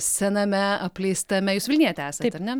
sename apleistame jūs vilnietė esat ar ne